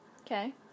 Okay